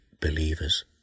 believers